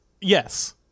yes